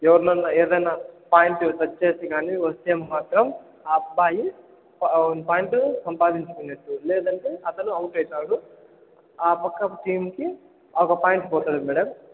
ఎవరినైనా ఏదైనా పాయింట్ చేసి వస్తే మాత్రం ఆ అబ్బాయి వన్ పాయింట్ సంపాదించుకున్నట్టు లేదంటే అతను అవుట్ అవుతాడు ఆ పక్క టీమ్కి ఒక పాయింట్ పోతుంది మేడం